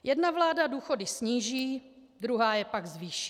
Jedna vláda důchody sníží, druhá je pak zvýší.